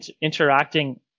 interacting